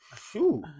shoot